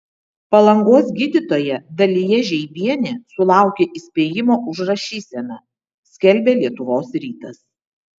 palangos gydytoja dalija žeibienė sulaukė įspėjimo už rašyseną skelbia lietuvos rytas